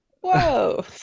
whoa